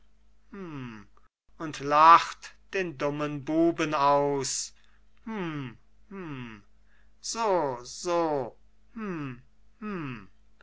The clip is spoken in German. und lacht den dummen buben aus hm hm so so hm